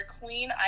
queen